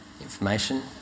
information